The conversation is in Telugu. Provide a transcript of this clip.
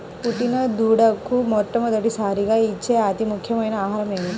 పుట్టిన దూడకు మొట్టమొదటిసారిగా ఇచ్చే అతి ముఖ్యమైన ఆహారము ఏంటి?